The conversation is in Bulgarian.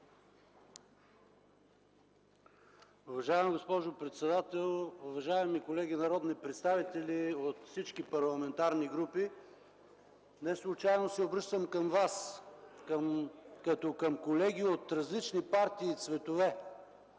Уважаема госпожо председател, уважаеми колеги народни представители от всички парламентарни групи! Неслучайно се обръщам към Вас като към колеги от различни партии и цветове.